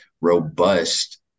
robust